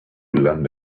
london